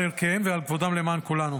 על ערכיהם ועל כבודם, למען כולנו.